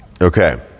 Okay